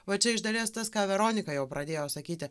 va čia iš dalies tas ką veronika jau pradėjo sakyti